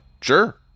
Sure